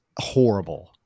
horrible